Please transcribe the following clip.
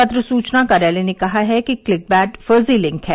पत्र सूचना कार्यालय ने कहा है कि क्लिकबैट फर्जी लिंक है